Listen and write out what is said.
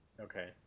Okay